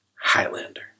Highlander